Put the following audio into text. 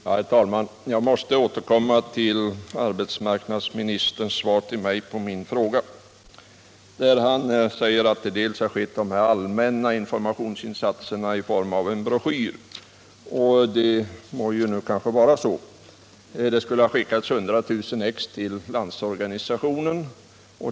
Herr talman! Jag måste återkomma till arbetsmarknadsministerns svar på min interpellation, där han säger att det har gjorts allmänna informationsinsatser i form av en broschyr. De må kanske vara så. Det skulle ha skickats 100 000 exemplar till Landsorganisationen.